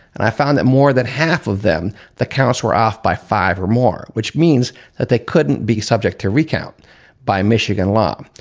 and i found that more than half of them, the counts were off by five or more, which means that they couldn't be subject to recount by michigan law,